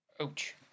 Ouch